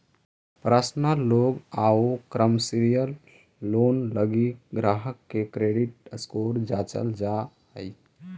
personal loan आउ commercial loan लगी ग्राहक के क्रेडिट स्कोर जांचल जा हइ